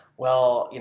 well,